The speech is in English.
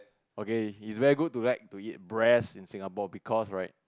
okay it's very good to like to eat breast in Singapore because right